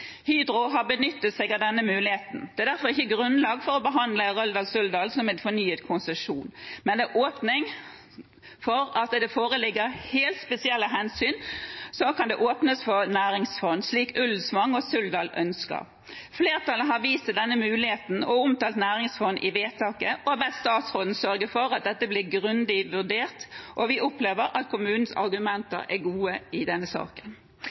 Hydro har benyttet seg av denne muligheten. Det er derfor ikke grunnlag for å behandle Røldal-Suldal som en fornyet konsesjon, men om det foreligger helt spesielle hensyn, kan det åpnes for næringsfond, slik Ullensvang og Suldal ønsker. Flertallet har vist til denne muligheten og omtalt næringsfond i vedtaket, og har bedt statsråden sørge for at dette blir grundig vurdert. Vi opplever at kommunenes argumenter er gode i denne saken.